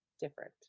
different